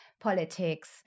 Politics